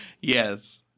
Yes